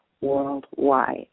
worldwide